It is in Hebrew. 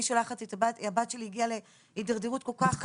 אני שולחת, הבת שלי הגיעה להדרדרות כל כך חמורה.